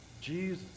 Jesus